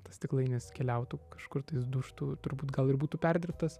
tas stiklainis keliautų kažkur tais dužtų turbūt gal ir būtų perdirbtas